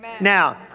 Now